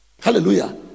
hallelujah